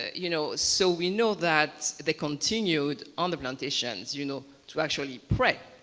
you know so we know that they continued on the plantations you know to actually pray.